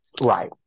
Right